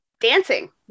dancing